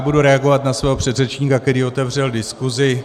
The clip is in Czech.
Budu reagovat na svého předřečníka, který otevřel diskusi.